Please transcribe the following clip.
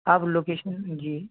آپ لوکیشن جی